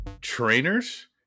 trainers